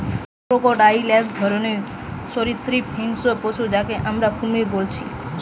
crocodile এক ধরণের সরীসৃপ হিংস্র পশু যাকে আমরা কুমির বলছি